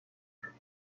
میافتد